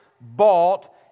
bought